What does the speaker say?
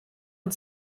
und